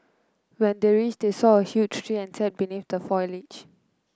when they reached they saw a huge tree and sat beneath the foliage